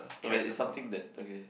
okay it's something that okay